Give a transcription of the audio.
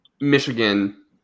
Michigan